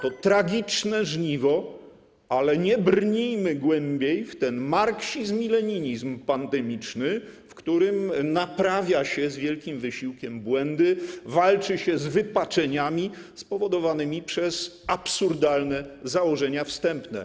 To tragiczne żniwo, ale nie brnijmy głębiej w ten marksizm i leninizm pandemiczny, w którym naprawia się z wielkim wysiłkiem błędy, walczy się z wypaczeniami spowodowanymi przez absurdalne założenia wstępne.